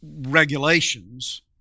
regulations